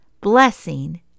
blessing